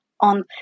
on